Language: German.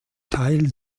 teil